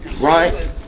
Right